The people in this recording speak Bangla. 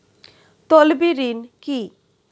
তলবি ঋন কি?